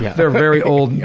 yeah they're very old,